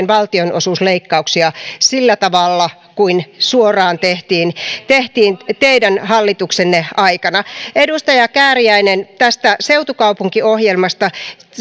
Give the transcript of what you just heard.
valtionosuusleikkauksia sillä tavalla kuin suoraan tehtiin tehtiin teidän hallituksenne aikana edustaja kääriäinen tästä seutukaupunkiohjelmasta